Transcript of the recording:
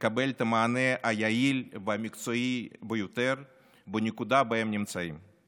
לקבל את המענה היעיל והמקצועי ביותר בנקודה שהם נמצאים בה.